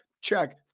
check